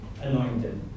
anointed